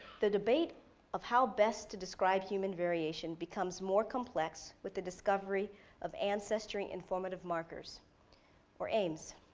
the debate of how best to describe human variation becomes more complex with the discovery of ancestry and formative markers or aims.